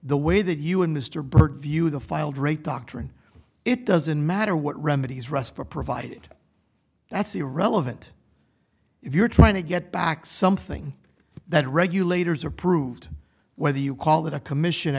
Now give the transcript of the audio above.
the way that you and mr burke view the filed rate doctrine it doesn't matter what remedies respire provided that's irrelevant if you're trying to get back something that regulators approved whether you call that a commission